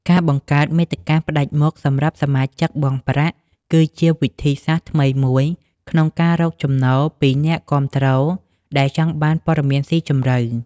ការបង្កើតមាតិកាផ្តាច់មុខសម្រាប់សមាជិកបង់ប្រាក់ គឺជាវិធីសាស្ត្រថ្មីមួយក្នុងការរកចំណូលពីអ្នកគាំទ្រដែលចង់បានព័ត៌មានស៊ីជម្រៅ។